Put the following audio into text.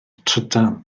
trydan